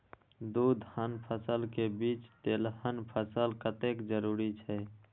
दू धान्य फसल के बीच तेलहन फसल कतेक जरूरी छे?